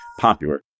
popular